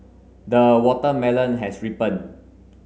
the watermelon has ripened